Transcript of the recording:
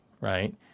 right